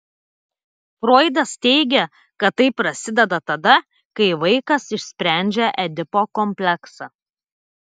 froidas teigė kad tai prasideda tada kai vaikas išsprendžia edipo kompleksą